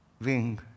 Wing